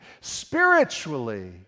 Spiritually